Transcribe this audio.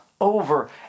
over